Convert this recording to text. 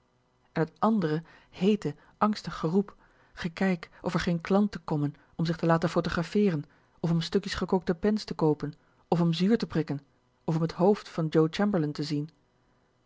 eti t andere heete angstig geroep gekijk of r geen klanten kommen om zich te laten photographeeren of om stukkies gekookte pens te koopen of om zuur te prikken of om t hoofd van joe chamberlain te zien